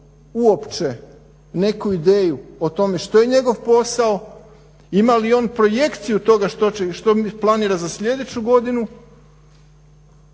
uopće neku ideju o tome što je njegov posao, ima li on projekciju toga što planira za sljedeću godinu